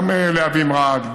גם להבים רהט,